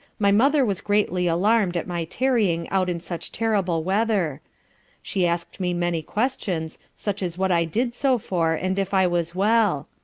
my mother was greatly alarmed at my tarrying out in such terrible weather she asked me many questions, such as what i did so for, and if i was well?